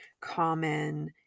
common